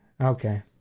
Okay